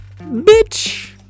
Bitch